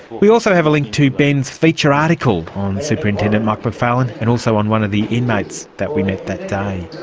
we also have a link to ben's feature article on superintendent mike macfarlane and also on one of the inmates that we met that day.